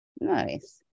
Nice